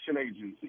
agency